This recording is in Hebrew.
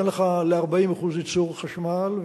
אין לך ל-40% ייצור חשמל,